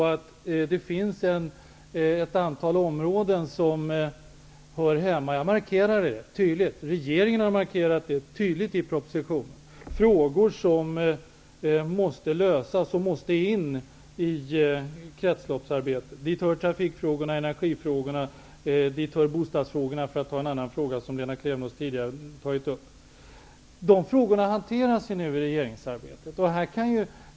Jag har markerat och regeringen har i propositionen markerat att det finns ett antal frågor som måste lösas och som måste in i kretsloppsarbetet. Dit hör trafikfrågorna och energifrågorna och även bostadsfrågorna, som Lena Klevenås tidigare har tagit upp. Dessa frågor hanteras nu i regeringsarbetet.